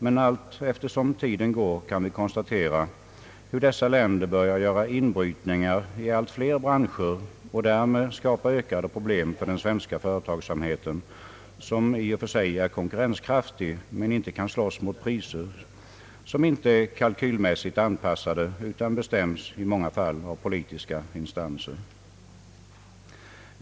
Allteftersom tiden går kan vi konstatera hur dessa länder börjar göra inbrytningar i allt fler branscher och därmed skapa ökade problem för den svenska företagsamheten, som i och för sig är konkurrenskraftig men inte kan slåss mot priser som inte är kalkylmässigt anpassade utan i många fall bestäms av politiska instanser.